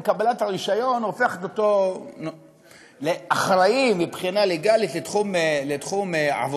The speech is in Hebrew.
קבלת הרישיון הופכת אותו לאחראי מבחינה לגלית לתחום עבודתו.